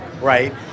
right